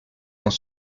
dans